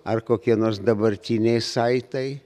ar kokie nors dabartiniai saitai